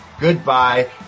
goodbye